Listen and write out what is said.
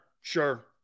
sure